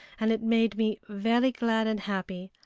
and it made me very glad and happy.